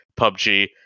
PUBG